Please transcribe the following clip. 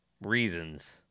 reasons